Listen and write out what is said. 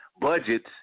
budgets